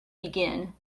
begin